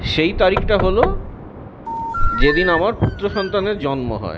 সেই তারিখটা হল যেদিন আমার পুত্রসন্তানের জন্ম হয়